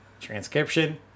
Transcription